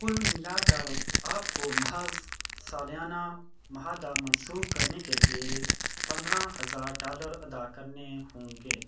کل ملا کر آپ کو محض سالانہ معاہدہ منسوخ کرنے کے لیے پندرہ ہزار ڈالر ادا کرنے ہوں گے